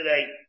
today